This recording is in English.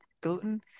gluten